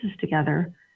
together